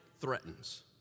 threatens